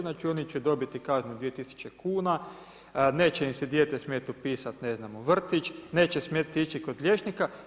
Znači oni će dobiti kaznu 2000 kn, neće im se dijete smjeti upisati ne znam u vrtić, neće smjeti ići kod liječnika.